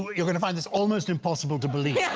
you're going to find this almost impossible to believe yeah